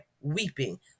weeping